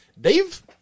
Dave